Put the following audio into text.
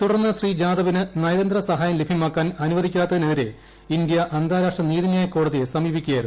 തുടർന്ന് ശ്രീ ജാദവിന് നയതന്ത്ര സഹായം ലഭ്യമാക്കാൻ അനുവദിക്കാത്തതിനെതിരെ ഇന്ത്യ അന്താരാഷ്ട്ര നീതിന്യായ കോടതിയെ സമീപിക്കുകയായിരുന്നു